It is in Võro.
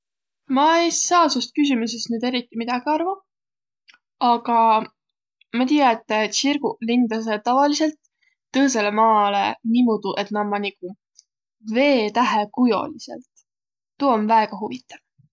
Ma es saaq seost küsümüsest nüüd eriti midägi arvo. Aga ma tiiä, et tsirguq lindasõq tavaliselt tõõsõlõ maalõ niimuudu, et nä ommaq nigu v-tähe kujolidsõlt. Tuu om väega huvitav.